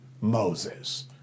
Moses